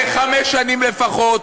זה חמש שנים לפחות,